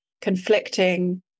conflicting